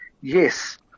yes